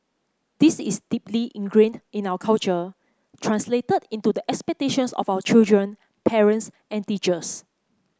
this is deeply ingrained in our culture translated into the expectations of our children parents and teachers